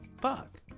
Fuck